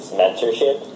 mentorship